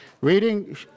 Reading